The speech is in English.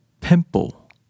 Pimple